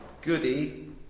Goody